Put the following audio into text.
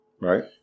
right